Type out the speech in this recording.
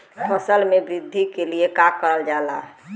फसल मे वृद्धि के लिए का करल जाला?